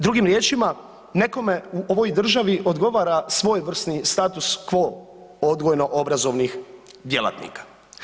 Drugim riječima, nekome u ovoj državi odgovara svojevrsni status quo odgojno-obrazovnih djelatnika.